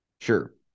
Sure